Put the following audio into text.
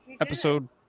episode